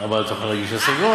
אבל את יכולה להגיש השגות.